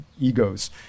egos